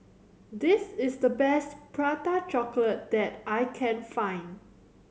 this is the best Prata Chocolate that I can find